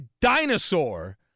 dinosaur